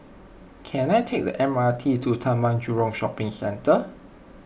can I take the M R T to Taman Jurong Shopping Centre